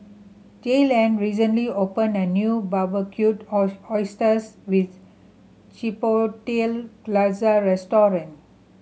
Jaylan recently opened a new Barbecued Oysters with Chipotle Glaze Restaurant